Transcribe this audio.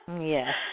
yes